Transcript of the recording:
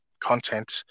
content